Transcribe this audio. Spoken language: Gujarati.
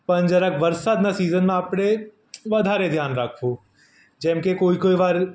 પણ જરાક વરસાદનાં સિઝનમાં આપણે વધારે ધ્યાન રાખવું જેમકે કોઈ કોઈ વાર